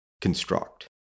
construct